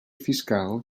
fiscal